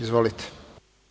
Izvolite.